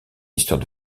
histoire